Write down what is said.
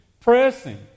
pressing